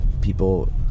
people